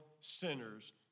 sinners